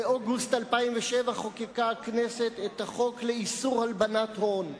באוגוסט 2007 חוקקה הכנסת את החוק לאיסור הלבנת הון.